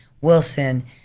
Wilson